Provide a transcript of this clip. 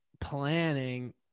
planning